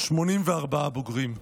84 בוגרים.